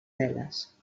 veles